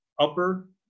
upper